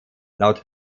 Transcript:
laut